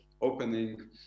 opening